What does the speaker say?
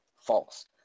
false